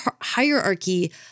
hierarchy